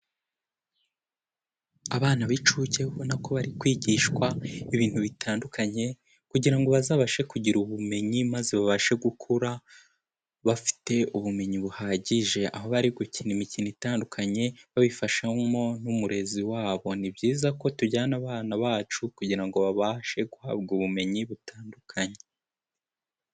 Abana b'inshuke ubona ko bari kwigishwa ibintu bitandukanye kugira ngo bazabashe kugira ubumenyi, maze babashe gukura bafite ubumenyi buhagije, aho bari gukina imikino itandukanye, babifashwamo n'umurezi wabo. Ni byiza ko tujyana abana bacu kugira ngo babashe guhabwa ubumenyi butandukanye.